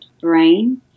brain